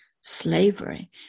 slavery